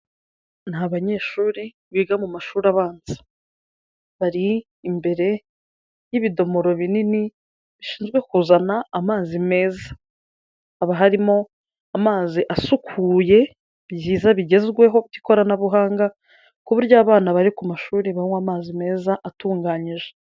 Ni abanyeshuri biga mu mashuri abanza, bari imbere y'ibidomoro binini bishinzwe kuzana amazi meza, hakaba harimo amazi asukuye, byiza bigezweho by'ikoranabuhanga ku buryo abana bari ku mashuri banywa amazi meza atunganyije.